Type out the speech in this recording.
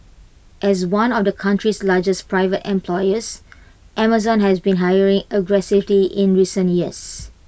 as one of the country's largest private employers Amazon has been hiring aggressively in recent years